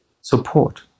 support